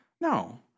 No